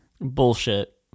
Bullshit